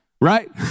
Right